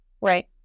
Right